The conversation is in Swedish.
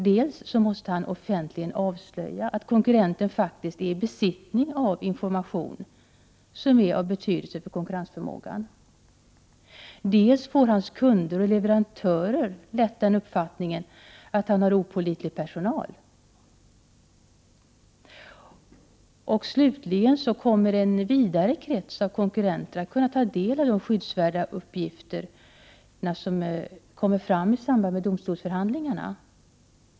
Dels måste han offentligen avslöja att konkurrenten faktiskt är i besittning av information som är av betydelse för konkurrensförmågan, dels får hans kunder och leverantörer lätt den uppfattningen att han har opålitlig personal och slutligen kommer en vidare krets av konkurrenter att kunna ta del av de skyddsvärda uppgifter som kommer fram i samband med domstolsförhandlingarna.